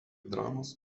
dramos